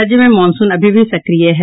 राज्य में मॉनसून अभी भी सक्रिय है